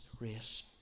race